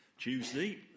Tuesday